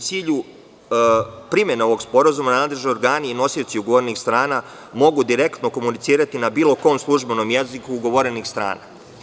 U cilju primene ovog sporazuma nadležni organi i nosioci ugovorenih strana mogu direktno direktno komunicirati na bilo kom službenom jeziku ugovorenih strana.